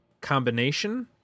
combination